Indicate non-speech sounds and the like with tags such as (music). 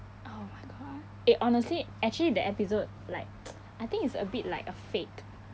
oh my god eh honestly actually that episode like (noise) I think it's a bit like a fake